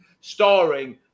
starring